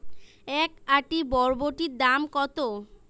এক আঁটি বরবটির দাম কত?